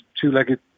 two-legged